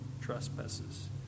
trespasses